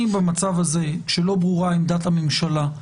במצב הזה, כשלא ברורה עמדת הממשלה,